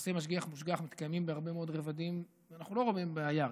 יחסי משגיח מושגח מתקיימים בהרבה מאוד רבדים ואנחנו לא רואים בזה בעיה.